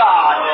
God